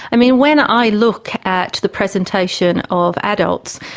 i mean, when i look at the presentation of adults,